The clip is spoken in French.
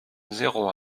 zéro